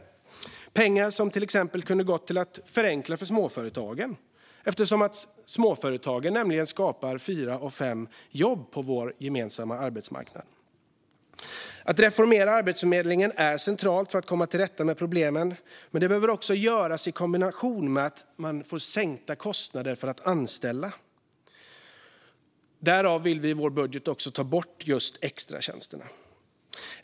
Det är pengar som till exempel kunde ha gått till att förenkla för småföretagen. Småföretagen skapar nämligen fyra av fem jobb på vår gemensamma arbetsmarknad. Att reformera Arbetsförmedlingen är centralt för att komma till rätta med problemen, men det behöver göras i kombination med att man får sänkta kostnader för att anställa. Därför vill vi i vår budget ta bort just extratjänsterna.